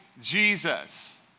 Jesus